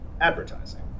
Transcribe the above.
advertising